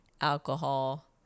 Alcohol